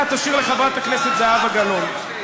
אתה לא שוטר המחשבות שלי.